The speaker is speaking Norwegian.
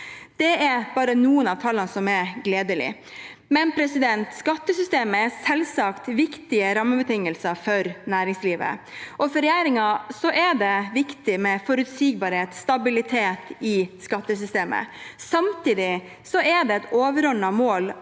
Det er bare noen av tallene som er gledelige. Skattesystemet er selvsagt en viktig rammebetingelse for næringslivet, og for regjeringen er det viktig med forutsigbarhet og stabilitet i skattesystemet. Samtidig er det et overordnet mål